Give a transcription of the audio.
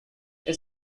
its